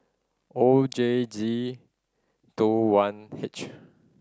O J G Two one H